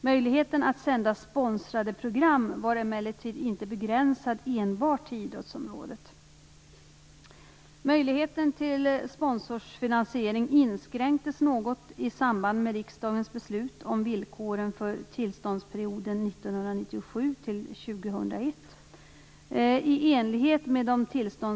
Möjligheten att sända sponsrade program var emellertid inte begränsad enbart till idrottsområdet.